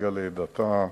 מרגע לידתה,